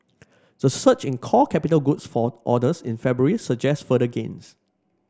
the surge in core capital goods for orders in February suggests further gains